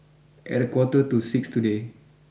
at a quarter to six today